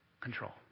control